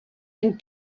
une